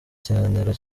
ikiganiro